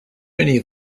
many